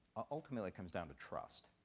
ultimately it comes down to trust.